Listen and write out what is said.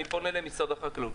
אני פונה למשרד החקלאות,